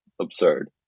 absurd